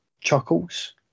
chuckles